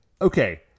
okay